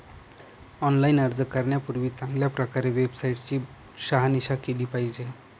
online अर्ज करण्यापूर्वी चांगल्या प्रकारे वेबसाईट ची शहानिशा केली पाहिजे